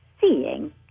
seeing